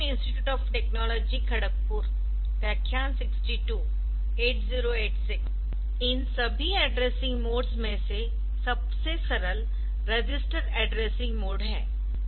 इन सभी addressing modes में से सबसे सरल रजिस्टर एड्रेसिंग मोड है